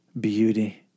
beauty